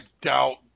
doubt